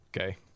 Okay